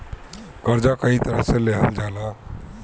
कर्जा कई तरह से लेहल जाला